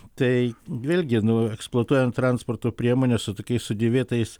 tai vėlgi nu eksploatuojant transporto priemones su tokiais sudėvėtais